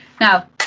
Now